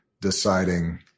deciding